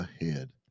ahead